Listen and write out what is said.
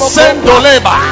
Sendoleba